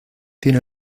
tiene